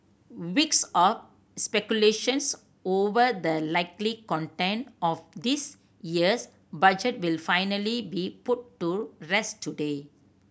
weeks of speculations over the likely content of this year's Budget will finally be put to rest today